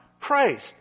Christ